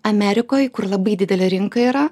amerikoj kur labai didelė rinka yra